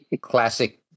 classic